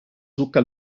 zucca